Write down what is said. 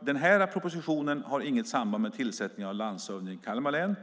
Den här propositionen har som sagt inget samband med tillsättningen av landshövding i Kalmar län.